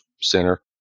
center